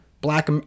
black